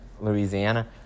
Louisiana